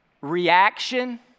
reaction